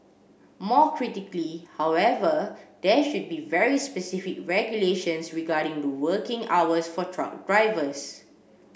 more critically however there should be very specific regulations regarding the working hours for truck drivers